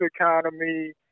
economy